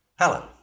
Hello